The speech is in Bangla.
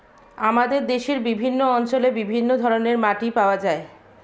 আমাদের দেশের বিভিন্ন অঞ্চলে বিভিন্ন ধরনের মাটি পাওয়া যায়